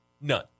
None